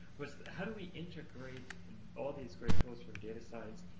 was how do we integrate all these great tools from data science,